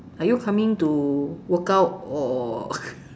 are you coming to workout or